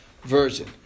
version